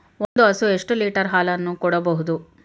ಒಂದು ಹಸು ಎಷ್ಟು ಲೀಟರ್ ಹಾಲನ್ನು ಕೊಡಬಹುದು?